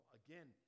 again